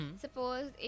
Suppose